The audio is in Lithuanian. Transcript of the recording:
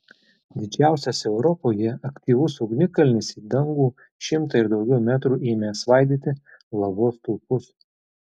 didžiausias europoje aktyvus ugnikalnis į dangų šimtą ir daugiau metrų ėmė svaidyti lavos stulpus